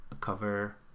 cover